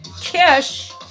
Kish